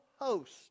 host